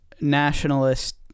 nationalist